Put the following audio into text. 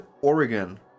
Oregon